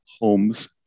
homes